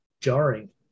jarring